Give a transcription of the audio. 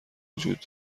وجود